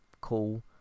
cool